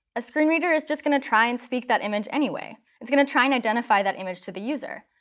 a screen reader is just going to try and speak that image anyway. it's going to try and identify that image to the user.